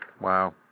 Wow